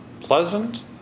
Pleasant